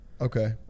Okay